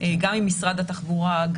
גם עם משרד התחבורה,